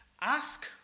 Ask